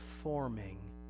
forming